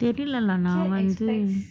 தெரில:therila lah நா வந்து:na vanthu